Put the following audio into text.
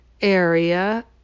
area